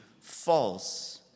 false